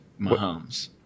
Mahomes